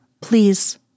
please